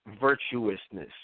virtuousness